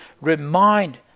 remind